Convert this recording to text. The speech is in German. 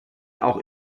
auch